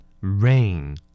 Rain